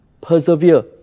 persevere